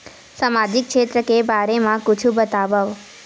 सामजिक क्षेत्र के बारे मा कुछु बतावव?